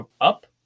up